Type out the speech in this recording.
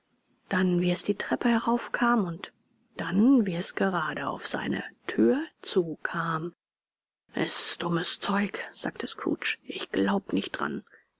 dann wie es die treppe herauf kam und dann wie es gerade auf seine thür zukam s ist dummes zeug sagte scrooge ich glaube nicht dran